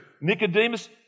Nicodemus